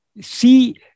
See